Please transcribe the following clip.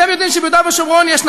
אתם יודעים שביהודה ושומרון יש,